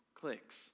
clicks